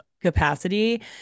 capacity